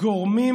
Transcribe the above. גורמים